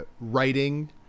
writing